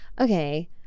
okay